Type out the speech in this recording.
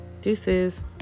Deuces